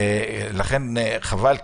לכן חבל,